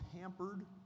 hampered